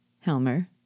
Helmer